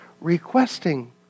requesting